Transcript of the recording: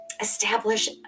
establish